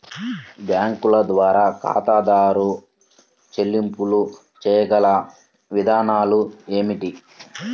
బ్యాంకుల ద్వారా ఖాతాదారు చెల్లింపులు చేయగల విధానాలు ఏమిటి?